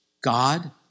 God